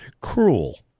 cruel